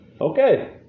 Okay